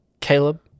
Caleb